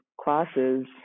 classes